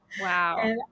wow